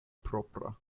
propra